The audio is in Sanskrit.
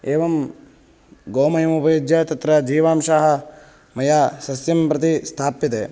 एवं गोमयमुपयुज्य तत्र जीवांशाः मया सस्यं प्रति स्थाप्यते